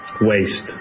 waste